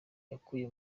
yakuye